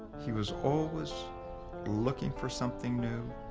he was always looking for something new.